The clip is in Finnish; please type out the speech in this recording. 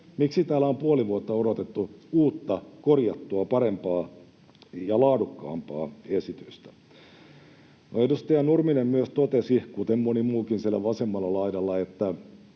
Miksi täällä on puoli vuotta odotettu uutta, korjattua, parempaa ja laadukkaampaa esitystä? No edustaja Nurminen myös totesi, kuten moni muukin siellä vasemmalla laidalla, että